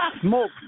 smoke